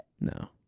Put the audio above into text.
No